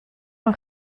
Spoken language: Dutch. een